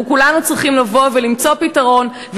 אנחנו כולנו צריכים למצוא פתרון,